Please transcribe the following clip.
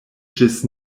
ĝis